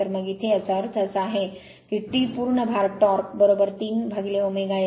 तर मग इथे याचा अर्थ असा आहे की T पूर्ण भार टॉर्क 3 ω S